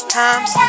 times